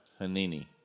Hanini